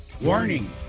warning